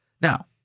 Now